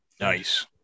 Nice